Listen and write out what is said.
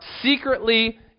secretly